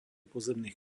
pozemných